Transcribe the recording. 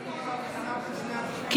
סגנית שר האוצר מיכל מרים וולדיגר: כי